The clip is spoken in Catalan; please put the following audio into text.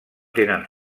tenen